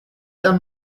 done